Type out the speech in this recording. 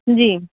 جی